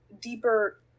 deeper